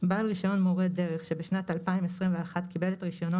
בעל רישיון מורה דרך שבשנת 2021 קיבל את רישיונו